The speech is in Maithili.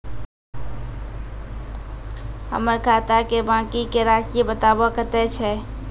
हमर खाता के बाँकी के रासि बताबो कतेय छै?